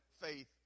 faith